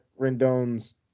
Rendon's